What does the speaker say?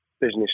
business